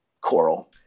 coral